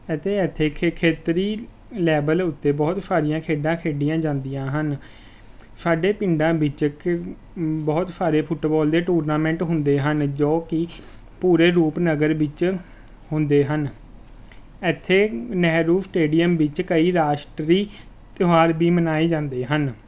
ਅਤੇ ਇੱਥੇ ਖੇ ਖੇਤਰੀ ਲੈਵਲ ਉੱਤੇ ਬਹੁਤ ਸਾਰੀਆਂ ਖੇਡਾਂ ਖੇਡੀਆਂ ਜਾਂਦੀਆਂ ਹਨ ਸਾਡੇ ਪਿੰਡਾਂ ਵਿੱਚ ਕ ਬਹੁਤ ਸਾਰੇ ਫੁੱਟਬਾਲ ਦੇ ਟੂਰਨਾਮੈਂਟ ਹੁੰਦੇ ਹਨ ਜੋ ਕਿ ਪੂਰੇ ਰੂਪਨਗਰ ਵਿੱਚ ਹੁੰਦੇ ਹਨ ਇੱਥੇ ਨਹਿਰੂ ਸਟੇਡੀਅਮ ਵਿੱਚ ਕਈ ਰਾਸ਼ਟਰੀ ਤਿਉਹਾਰ ਵੀ ਮਨਾਏ ਜਾਂਦੇ ਹਨ